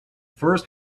first